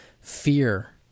Fear